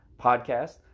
Podcast